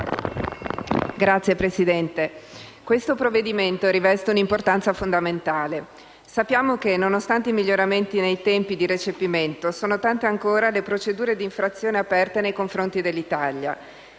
Signora Presidente, questo provvedimento riveste un'importanza fondamentale. Sappiamo che, nonostante i miglioramenti nei tempi di recepimento, sono tante ancora le procedure di infrazione aperte nei confronti dell'Italia.